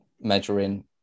measuring